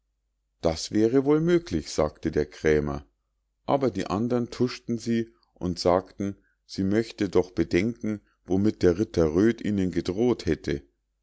das wäre wohl möglich sagte der krämer aber die andern tuschten sie und sagten sie möchte doch bedenken womit der ritter röd ihnen gedroht hätte